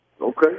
Okay